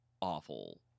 awful